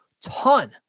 Ton